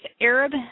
Arab